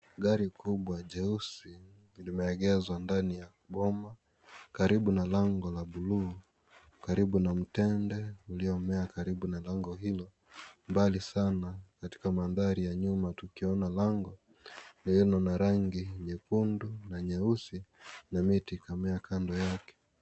Gari kubwa jeusi limeegeshwa ndani ya boma karibu na lango la buluu karibu na mtende uliomea karibu na lango hilo mbali sana katika mandhari ya nyuma tukiona lango na rangi nyekundu na nyeusi na miti kamea kando yake.